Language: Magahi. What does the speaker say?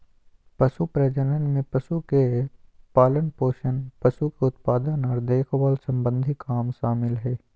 पशु प्रजनन में पशु के पालनपोषण, पशु के उत्पादन आर देखभाल सम्बंधी काम शामिल हय